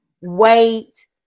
wait